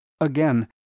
Again